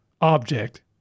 object